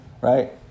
right